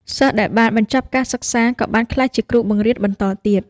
សិស្សដែលបានបញ្ចប់ការសិក្សាក៏បានក្លាយជាគ្រូបង្រៀនបន្តទៀត។